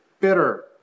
bitter